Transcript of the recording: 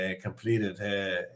Completed